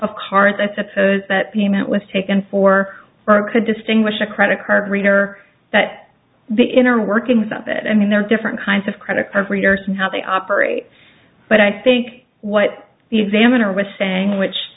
of cars i suppose that payment was taken for or could distinguish a credit card reader that the inner workings of it i mean there are different kinds of credit card readers and how they operate but i think what the examiner was saying which